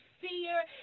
fear